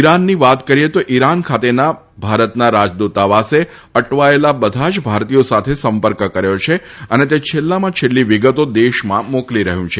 ઈરાનની વાત કરીએ તો ઈરાન ખાતેના ભારતના રાજદુતાવાસે અટવાયેલા બધા જ ભારતીયો સાથે સંપર્ક કર્યો છે અને તે છેલ્લામાં છેલ્લી વિગતો દેશમાં મોકલી રહ્યું છે